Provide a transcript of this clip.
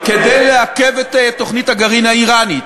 כדי לעכב את תוכנית הגרעין האיראנית,